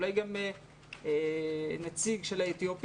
אולי גם נציג של האתיופים.